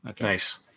Nice